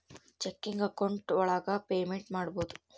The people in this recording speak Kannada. ಚೆಕಿಂಗ್ ಅಕೌಂಟ್ ಒಳಗ ಪೇಮೆಂಟ್ ಮಾಡ್ಬೋದು